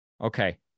Okay